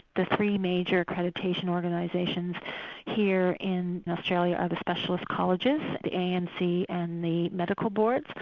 the three major accreditation organisations here in australia are the specialist colleges, the amc and the medical boards.